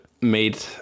made